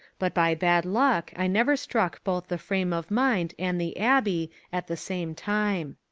but by bad luck i never struck both the frame of mind and the abbey at the same time.